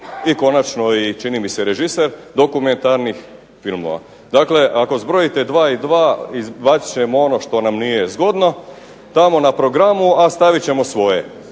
i konačno i čini mi se režiser dokumentarnih filmova. Dakle, ako zbrojite 2 i 2 izbacit ćemo ono što nam nije zgodno tamo na programu, a stavit ćemo svoje.